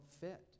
fit